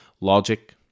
Logic